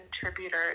contributor